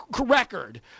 record—